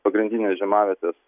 pagrindinės žiemavietės